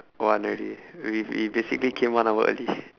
one already we we basically came one hour early